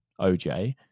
oj